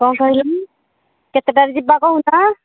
କ'ଣ କହିଲୁ କେତେଟାରେ ଯିବା କହୁନ